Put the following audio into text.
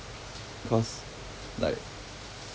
cause like